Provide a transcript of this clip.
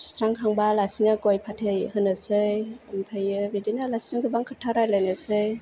सुस्रांखांबा आलासिनो गइ फाथै होनोसै ओमफ्रायो बिदिनो आलासिजों गोबां खोथा राइलायनोसै